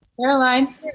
Caroline